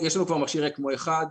יש לנו מכשיר אקמו אחד,